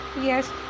Yes